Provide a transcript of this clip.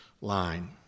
line